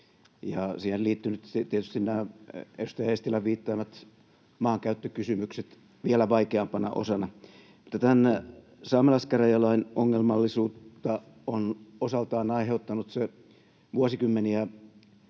siihen ovat liittyneet tietysti nämä edustaja Eestilän viittaamat maankäyttökysymykset vielä vaikeampana osana. Tämän saamelaiskäräjälain ongelmallisuutta on osaltaan aiheuttanut se vuosikymmeniä